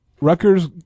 Rutgers